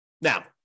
Now